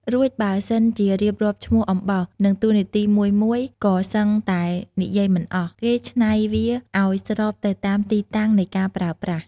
រួចបើសិនជារៀបរាប់ឈ្មោះអំបោស និងតួនាទីមួយៗ ក៏សឹងតែនិយាយមិនអស់ គេច្នៃវាអោយស្របទៅតាមទីតាំងនៃការប្រើប្រាស់។